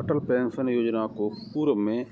अटल pension Yojana को पूर्व में